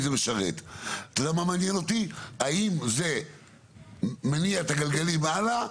מה שמעניין אותי זה האם הדבר מניע את הגלגלים הלאה,